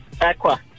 aqua